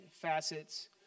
facets